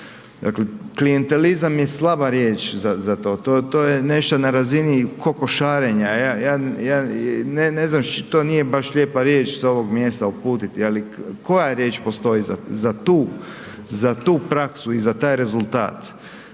dakle klijentelizam je slaba riječ za, za to, to, to je nešto na razini kokošarenja, ja, ja, ja ne, ne znam, to nije baš lijepa riječ sa ovog mjesta uputiti, ali koja riječ postoji za, za tu, za tu praksu i za taj rezultat